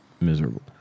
miserable